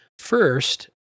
first